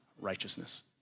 righteousness